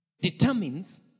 determines